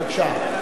בבקשה.